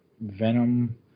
Venom